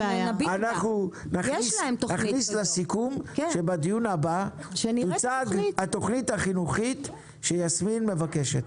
אנחנו נכניס לסיכום שבדיון הבא תוצג התוכנית החינוכית שיסמין מבקשת.